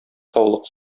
саулык